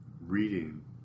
reading